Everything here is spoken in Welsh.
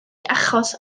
achos